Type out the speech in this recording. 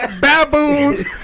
baboons